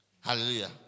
Hallelujah